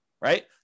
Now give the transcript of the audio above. right